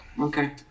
Okay